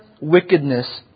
wickedness